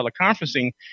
teleconferencing